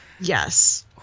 Yes